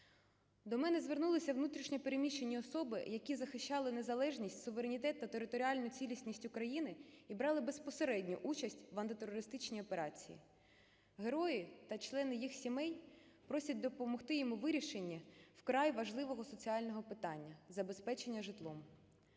До мене звернулися внутрішньо переміщені особи, які захищали незалежність, суверенітет та територіальну цілісність України і брали безпосередню участь в антитерористичній операції. Герої та члени їх сімей просять допомогти їм у вирішенні вкрай важливого соціального питання – забезпечення житлом.